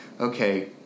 okay